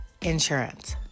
insurance